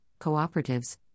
cooperatives